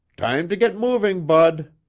time to get moving, bud.